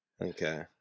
Okay